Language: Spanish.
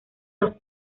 los